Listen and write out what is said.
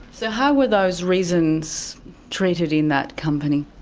so how were those reasons treated in that company?